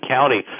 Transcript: County